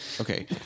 Okay